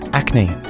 acne